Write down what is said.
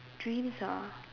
dreams ah